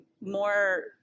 more